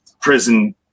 prison